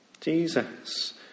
Jesus